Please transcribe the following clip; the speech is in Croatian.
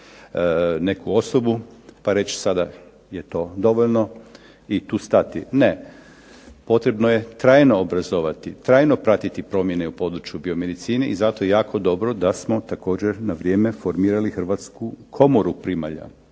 neku osobu pa reći sada je to dovoljno i tu stati. Ne, potrebno je trajno obrazovati, trajno pratiti promjene u području biomedicine i zato je jako dobro da smo također na vrijeme formirali Hrvatsku komoru primalja.